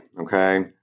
okay